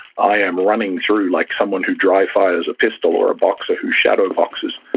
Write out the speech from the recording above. i am running through like someone who dry-fires a pistol or a boxer who shadowboxes.